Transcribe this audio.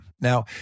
Now